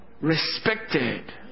respected